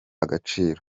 agaciro